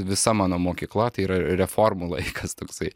visa mano mokykla yra reformų laikas toksai